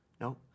No